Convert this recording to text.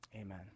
Amen